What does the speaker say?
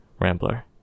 Rambler